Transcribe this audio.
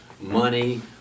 money